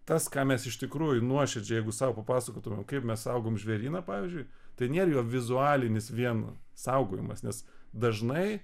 tas ką mes iš tikrųjų nuoširdžiai jeigu sau papasakotumėm kaip mes saugom žvėryną pavyzdžiui tai nėr jo vizualinis vien saugojimas nes dažnai